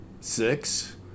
six